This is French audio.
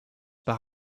par